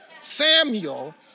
Samuel